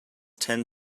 tend